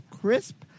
crisp